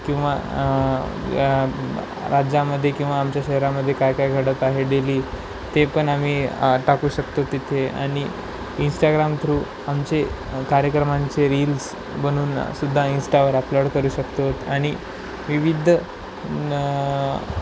किंवा राज्यामध्ये किंवा आमच्या शहरामध्ये काय काय घडत आहे डेली ते पण आम्ही टाकू शकतो तिथे आणि इंस्टाग्राम थ्रू आमचे कार्यक्रमांचे रील्स बनवून सुद्धा इंस्टावर अपलोड करू शकतो आणि विविध म